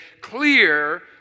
clear